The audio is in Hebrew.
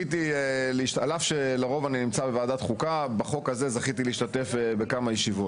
על אף שלרוב אני נמצא בוועדת חוקה בחוק הזה זכיתי להשתתף בכמה ישיבות